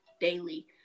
daily